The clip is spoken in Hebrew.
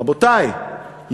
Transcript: רבותי,